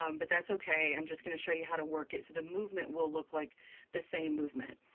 um but that's okay. i'm just gonna show you how to work it so the movement will look like the same movement,